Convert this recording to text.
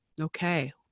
okay